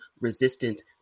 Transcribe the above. Resistant